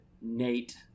Nate